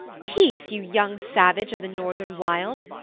peace, you young savage of the northern wild!